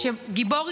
גיבור.